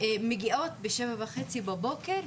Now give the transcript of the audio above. מגיעות בשבע וחצי בבוקר,